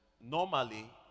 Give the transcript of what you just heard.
normally